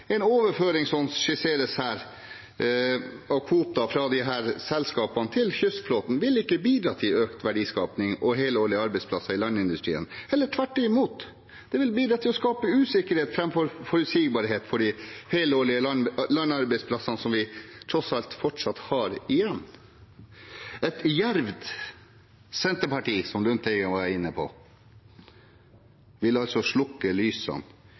En overføring – som skisseres her – av kvoter fra disse selskapene til kystflåten vil ikke bidra til økt verdiskaping og helårige arbeidsplasser i landindustrien, heller tvert imot. Det vil bidra til å skape usikkerhet framfor forutsigbarhet for de helårige landarbeidsplassene som vi tross alt fortsatt har igjen. Et djervt Senterparti, som Lundteigen var inne på, vil altså slukke lysene